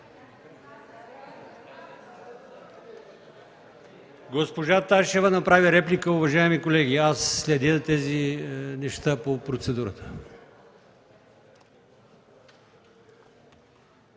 Госпожа Ташева направи реплика, уважаеми колеги. Аз следя процедурата.